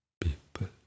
people